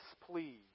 displeased